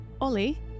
Ollie